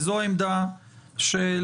זו העמדה של